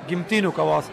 gimtinių kavos